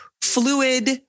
fluid